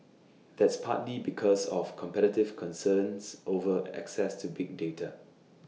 that's partly because of competitive concerns over access to big data